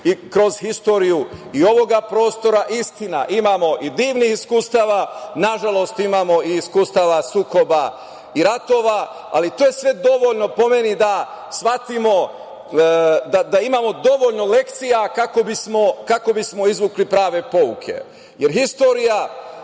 kroz istoriju i ovoga prostora. Istina, imamo i divnih iskustava, na žalost imamo i iskustava sukoba i ratova, ali to je sve dovoljno, po meni, da shvatimo da imamo dovoljno lekcija kako bismo izvukli prave pouke. Istorija